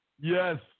Yes